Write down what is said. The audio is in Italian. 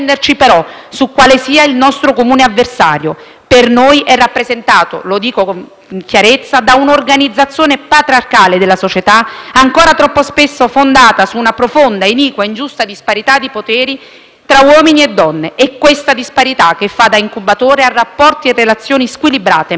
Per noi è rappresentato - lo dico con chiarezza - da un'organizzazione patriarcale della società, ancora troppo spesso fondata su una profonda, iniqua e ingiusta disparità di poteri tra uomini e donne. È questa disparità che fa da incubatore a rapporti e relazioni squilibrate e malate, che generano sopraffazione e violenza.